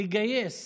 לגייס